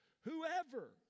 Whoever